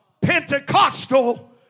Pentecostal